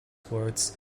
words